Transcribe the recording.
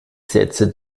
setze